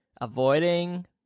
avoiding